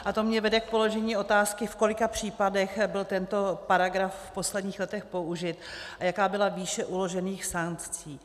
A to mě vede k položení otázky, v kolika případech byl tento paragraf v posledních letech použit a jaká byla výše uložených sankcí.